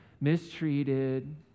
mistreated